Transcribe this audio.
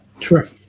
Sure